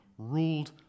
ruled